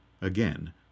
again